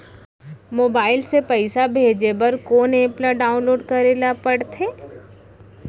Mobile से पइसा भेजे बर कोन एप ल डाऊनलोड करे ला पड़थे?